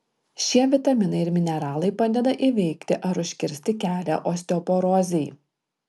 šie vitaminai ir mineralai padeda įveikti ar užkirsti kelią osteoporozei